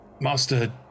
Master